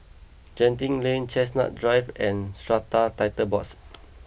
Genting Lane Chestnut Drive and Strata Titles Board